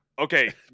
Okay